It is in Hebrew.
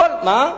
כמה?